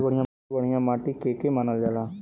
सबसे बढ़िया माटी के के मानल जा?